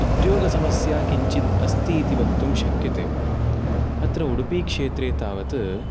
उद्योगसमस्या किञ्चित् अस्तीति वक्तुं शक्यते अत्र उडुपिक्षेत्रे तावत्